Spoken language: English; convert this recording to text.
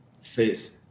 face